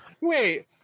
Wait